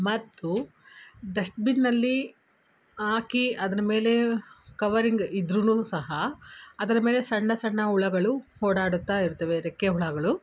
ಮತ್ತು ಡಸ್ಟ್ಬಿನ್ನಲ್ಲಿ ಹಾಕಿ ಅದ್ರ ಮೇಲೇ ಕವರಿಂಗ್ ಇದ್ರು ಸಹ ಅದರ ಮೇಲೆ ಸಣ್ಣ ಸಣ್ಣ ಹುಳಗಳು ಓಡಾಡುತ್ತಾ ಇರ್ತವೆ ರೆಕ್ಕೆ ಹುಳಗಳು